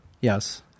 Yes